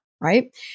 right